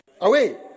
Away